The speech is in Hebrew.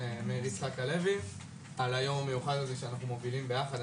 מאיר יצחק הלוי על היום המיוחד הזה שאנחנו מובילים ביחד.